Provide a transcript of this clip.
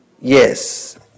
Yes